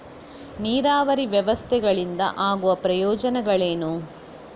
ನೀರಾವರಿ ವ್ಯವಸ್ಥೆಗಳಿಂದ ಆಗುವ ಪ್ರಯೋಜನಗಳೇನು?